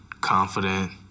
confident